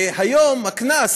והיום הקנס,